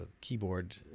keyboard